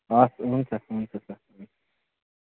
हवस् हुन्छ हुन्छ सर